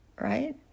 right